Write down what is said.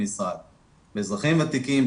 באזרחים ותיקים,